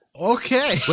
Okay